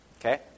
okay